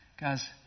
Guys